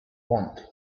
want